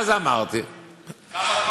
כמה זמן יישארו בבית?